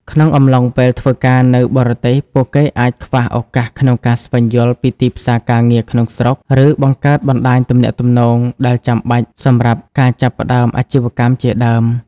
ក្នុងអំឡុងពេលធ្វើការនៅបរទេសពួកគេអាចខ្វះឱកាសក្នុងការស្វែងយល់ពីទីផ្សារការងារក្នុងស្រុកឬបង្កើតបណ្តាញទំនាក់ទំនងដែលចាំបាច់សម្រាប់ការចាប់ផ្តើមអាជីវកម្មជាដើម។